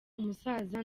umusaza